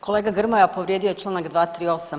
Kolega Grmoja povrijedio je članak 238.